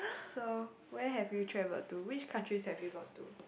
so where have you traveled to which countries have you gone to